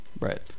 Right